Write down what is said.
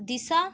ଦିଶା